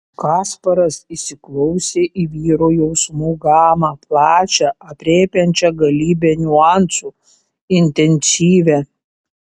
kasparas įsiklausė į vyro jausmų gamą plačią aprėpiančią galybę niuansų intensyvią